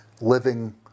living